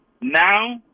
now